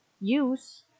use